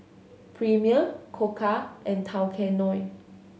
Premier Koka and Tao Kae Noi